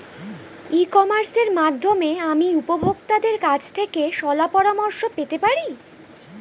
ই কমার্সের মাধ্যমে আমি উপভোগতাদের কাছ থেকে শলাপরামর্শ পেতে পারি?